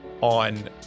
on